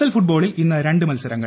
L ഫുട്ബോളിൽ ഇന്ന് രണ്ട് മത്സരങ്ങൾ